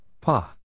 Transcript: Pa